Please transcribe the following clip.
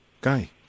guy